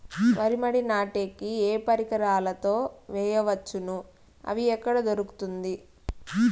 వరి మడి నాటే కి ఏ పరికరాలు తో వేయవచ్చును అవి ఎక్కడ దొరుకుతుంది?